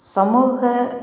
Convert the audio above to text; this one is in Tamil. சமூக